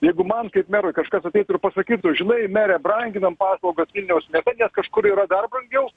jeigu man kaip merui kažkas ateitų ir pasakytų žinai mere branginam paslaugas vilniaus nes kažkur yra dar brangiau